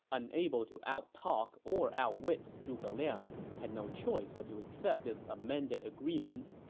unable to outtalk or outwit zhuge liang, had no choice but to accept this amended agreement.